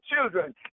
children